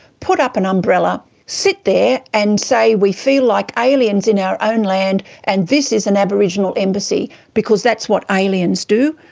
put up an umbrella, sit there, and say, we feel like aliens in our own land, and this is an aboriginal embassy. because that's what aliens do.